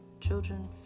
children